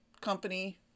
Company